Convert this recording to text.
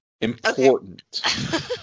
Important